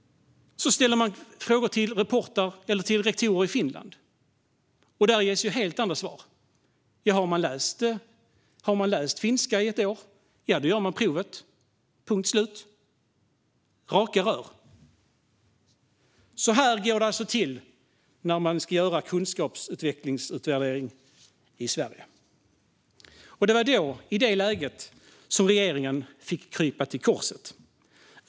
Så ställer man frågor till rektorer i Finland. Där ges helt andra svar: Har man läst finska i ett år gör man provet - punkt slut. Det är raka rör. Så här går det alltså till när kunskapsutveckling ska utvärderas i Sverige, och det var i det läget som regeringen fick krypa till korset.